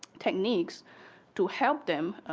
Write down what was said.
techniques to help them